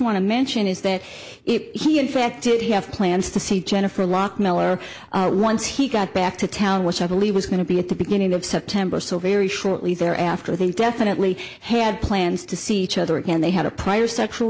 want to mention is that he in fact did have plans to see jennifer a lot mellower once he got back to town which i believe was going to be at the beginning of september so very shortly thereafter they definitely had plans to see each other again they had a prior sexual